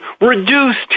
reduced